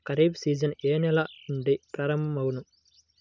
Kharif season ఏ నెల నుండి ప్రారంభం అగును?